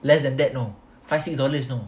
less than that no five six dollars you know